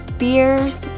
fears